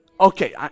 Okay